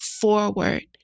forward